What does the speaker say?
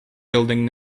building